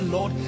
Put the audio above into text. Lord